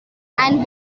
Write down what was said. and